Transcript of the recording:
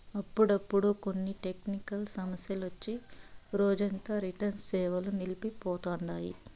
అప్పుడప్పుడు కొన్ని టెక్నికల్ సమస్యలొచ్చి రోజంతా ఇంటర్నెట్ సేవలు నిల్సి పోతండాయి